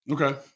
Okay